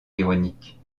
ironique